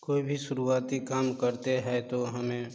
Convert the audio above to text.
कोई भी शुरुआती काम करते है तो हमें